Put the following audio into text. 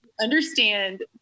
understand